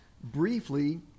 briefly